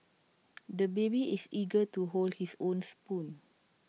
the baby is eager to hold his own spoon